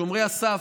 שומרי הסף.